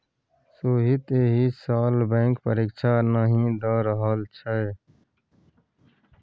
सोहीत एहि साल बैंक परीक्षा नहि द रहल छै